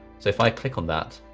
so if i click on that,